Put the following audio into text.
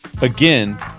again